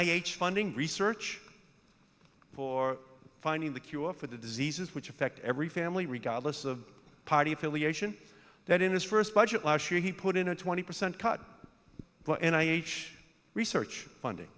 h funding research for finding the cure for the diseases which affect every family regardless of party affiliation that in his first budget last year he put in a twenty percent cut and i age research funding